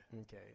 Okay